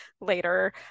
later